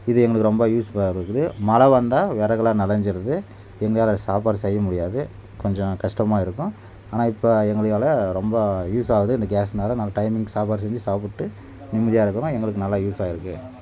இது எங்களுக்கு ரொம்ப யூஸ்ஃபுல்லாக இருக்குது மழை வந்தால் விறகுலாம் நனைஞ்சுருது எங்களால் சாப்பாடு செய்ய முடியாது கொஞ்சம் கஷ்டமாக இருக்கும் ஆனால் இப்போது எங்களால் ரொம்ப யூஸ் ஆகுது இந்த கேஸ்ஸால் நாங்கள் டைமிங்குக்கு சாப்பாடு செஞ்சு சாப்பிட்டு நிம்மதியாக இருக்கிறோம் எங்களுக்கு நல்லா யூஸாக இருக்குது